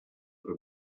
for